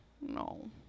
no